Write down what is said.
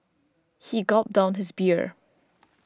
he gulped down his beer